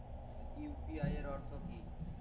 UPI এর অর্থ কি?